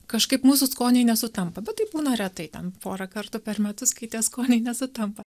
kažkaip mūsų skoniai nesutampa bet taip būna retai ten porą kartų per metus kai tie skoniai nesutampa